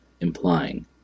implying